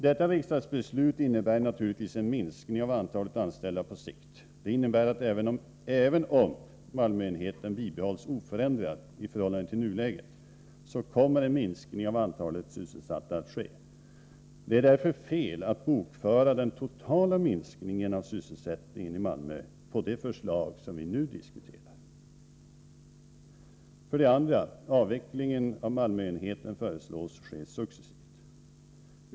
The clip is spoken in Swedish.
Detta riksdagsbeslut innebär naturligtvis en minskning av antalet anställda på sikt. Det innebär att även om Malmöenheten bibehålls oförändrad i förhållande till nuläget, så kommer en minskning av antalet sysselsatta att ske. Det är därför fel att bokföra den totala minskningen av sysselsättningen i Malmö på det förslag som vi nu diskuterar. För det andra: Avvecklingen av Malmöenheten föreslås ske successivt.